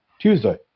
Tuesday